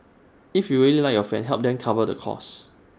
if you really like your friend help them cover the cost